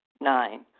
Nine